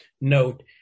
note